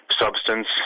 substance